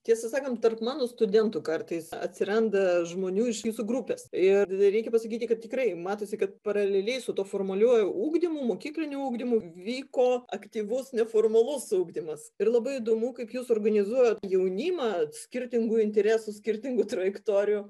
tiesą sakant tarp mano studentų kartais atsiranda žmonių iš jūsų grupės ir dvi reikia pasakyti kad tikrai matosi kad paraleliai su tuo formaliuoju ugdymu mokykliniu ugdymu vyko aktyvus neformalus ugdymas ir labai įdomu kaip jūs organizuojat jaunimą skirtingų interesų skirtingų trajektorijų